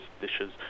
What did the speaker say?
dishes